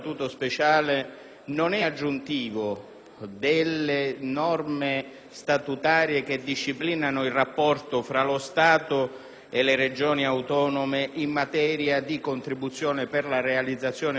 delle norme statutarie che disciplinano il rapporto tra lo Stato e le Regioni autonome in materia di contribuzione per la realizzazione di opere pubbliche nei territori interessati.